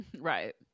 Right